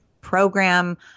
program